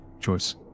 choice